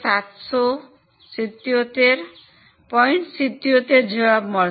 77 જવાબ મળશે